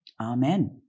Amen